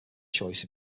choice